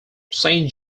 saint